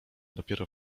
dopiero